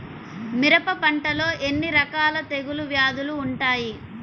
మిరప పంటలో ఎన్ని రకాల తెగులు వ్యాధులు వుంటాయి?